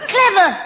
Clever